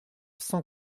cent